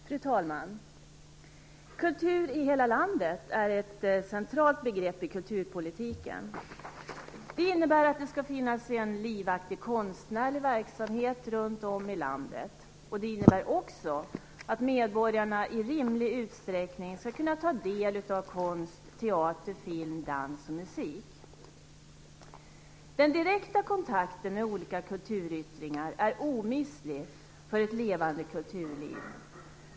Fru talman! Kultur i hela landet är ett centralt begrepp i kulturpolitiken. Det innebär att det skall finnas en livaktig konstnärlig verksamhet runtom i landet. Det innebär också att medborgarna i rimlig utsträckning skall kunna ta del av konst, teater, film, dans och musik. Den direkta kontakten med olika kulturyttringar är omistlig för ett levande kulturliv.